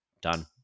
Done